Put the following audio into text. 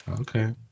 Okay